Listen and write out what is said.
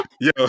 Yo